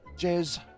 Jez